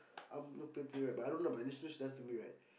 um you know play play right but I don't know but initially she does to me right